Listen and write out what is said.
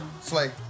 Slay